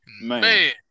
Man